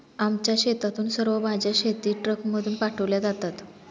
आमच्या शेतातून सर्व भाज्या शेतीट्रकमधून पाठवल्या जातात